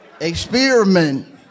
experiment